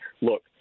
look